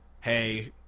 hey